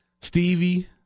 Stevie